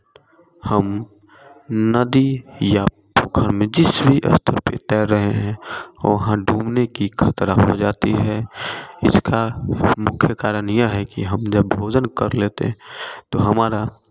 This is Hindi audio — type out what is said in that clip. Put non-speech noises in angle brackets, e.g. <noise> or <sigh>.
हम नदी या <unintelligible> भी जिस स्तर पर तैर रहें हैं वहाँ डूबने कि खतरा हो जाती है इसका मुख्य कारण यह है कि हम जब भोजन कर लेते हैं तो हमारा